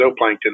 zooplankton